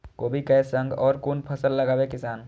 कोबी कै संग और कुन फसल लगावे किसान?